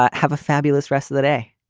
have a fabulous rest of the day